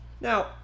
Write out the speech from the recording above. Now